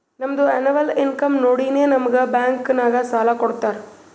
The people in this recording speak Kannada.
ನಮ್ದು ಎನ್ನವಲ್ ಇನ್ಕಮ್ ನೋಡಿನೇ ನಮುಗ್ ಬ್ಯಾಂಕ್ ನಾಗ್ ಸಾಲ ಕೊಡ್ತಾರ